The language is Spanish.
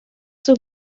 sus